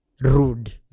rude